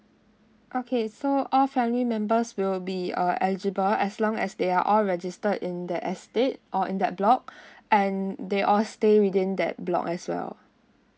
okay so all family members will be uh eligible as long as they are all registered in that estate or in that block and they all stay within that block as well